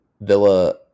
Villa